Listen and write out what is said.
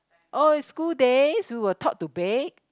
oh is schools days we were taught to bake